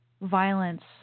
violence